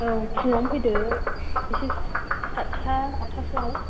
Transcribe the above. औ फुङावनो फैदो एसे सात्था आथ्थासोआव